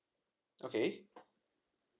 okay